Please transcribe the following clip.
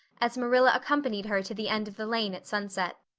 as marilla accompanied her to the end of the lane at sunset.